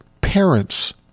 parents